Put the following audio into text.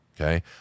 okay